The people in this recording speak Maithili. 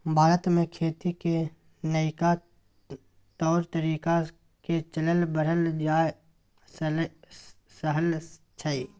भारत में खेती के नइका तौर तरीका के चलन बढ़ल जा रहल छइ